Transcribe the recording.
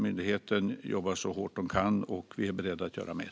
Myndigheterna jobbar så hårt de kan, och vi är beredda att göra mer.